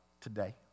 today